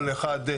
כל אחד,